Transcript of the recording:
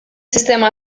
sistema